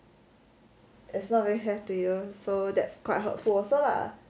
as long as you have to you so that's quite hurtful also lah